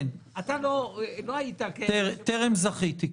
אתה לא היית --- טרם זכיתי.